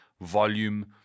volume